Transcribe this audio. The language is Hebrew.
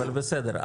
אבל בסדר.